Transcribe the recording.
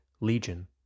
Legion